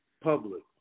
public